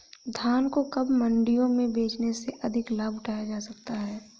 धान को कब मंडियों में बेचने से अधिक लाभ उठाया जा सकता है?